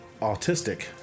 autistic